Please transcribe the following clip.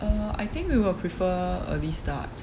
uh I think we will prefer early start